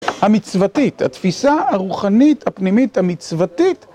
המצוותית, התפיסה הרוחנית, הפנימית, המצוותית.